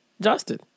Justin